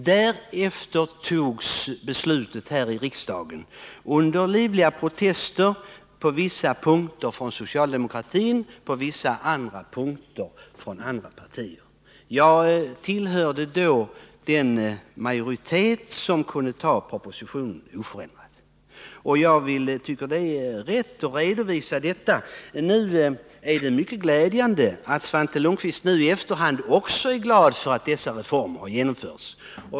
Därefter fattades beslutet här i riksdagen under livliga protester, på vissa punkter från socialdemokraterna, på vissa andra punkter från andra partier. Jag tillhörde då den majoritet som kunde ta propositionen oförändrad. Jag tycker det är viktigt att redovisa detta. Och det är mycket glädjande att Svante Lundkvist nu i efterhand också är glad för att dessa reformer genomförts.